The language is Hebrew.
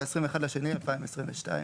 ב-21.2.2022,